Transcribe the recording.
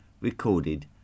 recorded